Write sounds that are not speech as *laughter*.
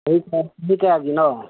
*unintelligible* ꯆꯍꯤ ꯀꯌꯥꯒꯤꯅꯣ